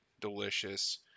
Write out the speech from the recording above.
delicious